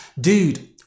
dude